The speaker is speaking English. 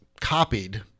copied